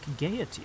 gaiety